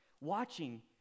watching